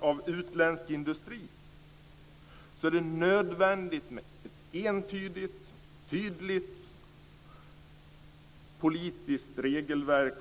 av utländsk industri, med ett entydigt, tydligt politiskt regelverk.